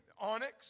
Onyx